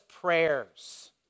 prayers